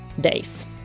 days